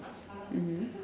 mmhmm